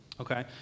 okay